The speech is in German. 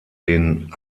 den